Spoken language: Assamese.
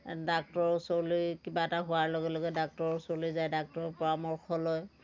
ডাক্তৰৰ ওচৰলৈ কিবা এটা হোৱাৰ লগে লগে ডাক্তৰৰ ওচৰলৈ যায় ডাক্তৰৰ পৰামৰ্শ লয়